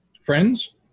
Friends